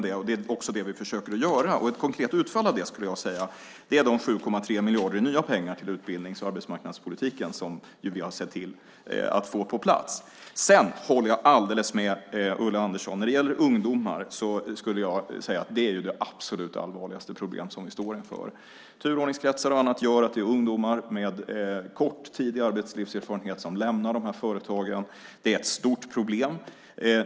Det är också det vi försöker göra. Ett konkret utfall av det är de 7,3 miljarder i nya pengar till utbildnings och arbetsmarknadspolitiken som vi har sett till att få på plats. Jag håller helt med Ulla Andersson; det som gäller ungdomarna är det absolut allvarligaste problem som vi står inför. Turordningskretsar och annat gör att det är ungdomar med kort tid i arbetslivserfarenhet som lämnar företagen. Det är ett stort problem.